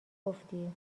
گفتی